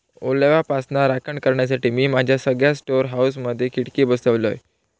ओलाव्यापासना राखण करण्यासाठी, मी माझ्या सगळ्या स्टोअर हाऊसमधे खिडके बसवलय